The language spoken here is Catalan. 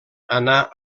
anà